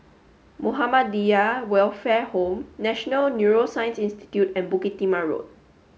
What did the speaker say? Muhammadiyah Welfare Home National Neuroscience Institute and Bukit Timah Road